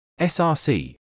src